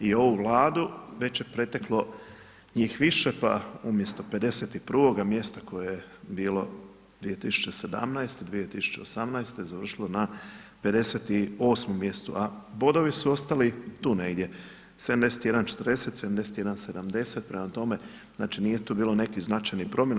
I ovu Vladu već je preteklo njih više pa umjesto 51 mjesta koje je bilo 2017., 2018., završilo na 58 mjestu a bodovi su ostali tu negdje 71 40, 71 70, prema tome znači nije tu bilo nekih značajnih promjena.